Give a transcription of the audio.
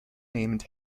named